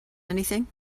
anything